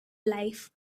life